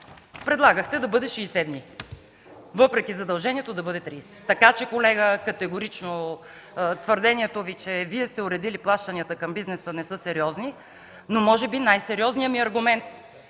Предлагахте да бъде 60 дни, въпреки задължението да бъде 30. Така че, колега, категорично твърдението Ви, че Вие сте уредили плащанията към бизнеса не е сериозно. Може би най-сериозният ми аргумент,